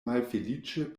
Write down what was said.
malfeliĉe